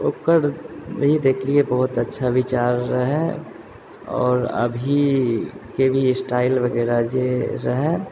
ओकर ई देखलियै बहुत अच्छा विचार रहै आओर अभीके भी स्टाइल वगैरह जे रहै